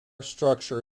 structure